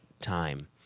time